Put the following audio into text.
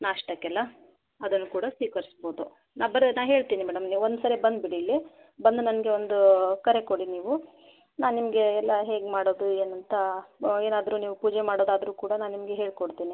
ನಾಷ್ಟಕ್ಕೆಲ್ಲ ಅದನ್ನು ಕೂಡ ಸ್ವೀಕರಿಸ್ಬೋದು ನಾನು ಬರ ನಾನು ಹೇಳ್ತೀನಿ ಮೇಡಮ್ ನೀವು ಒಂದ್ಸಾರಿ ಬಂದುಬಿಡಿ ಇಲ್ಲಿ ಬಂದು ನನಗೆ ಒಂದು ಕರೆ ಕೊಡಿ ನೀವು ನಾನು ನಿಮಗೆ ಎಲ್ಲ ಹೇಗೆ ಮಾಡೋದು ಏನೂಂತ ಏನಾದ್ರೂ ನೀವು ಪೂಜೆ ಮಾಡೋದಾದರೂ ಕೂಡ ನಾನು ನಿಮಗೆ ಹೇಳಿಕೊಡ್ತೀನಿ